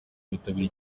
bitabiriye